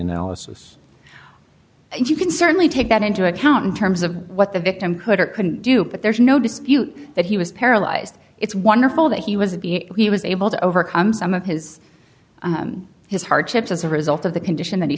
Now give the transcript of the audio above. analysis and you can certainly take that into account in terms of what the victim could or couldn't do but there's no dispute that he was paralyzed it's wonderful that he was he was able to overcome some of his his hardships as a result of the condition that he